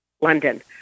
London